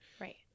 Right